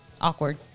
Awkward